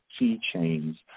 keychains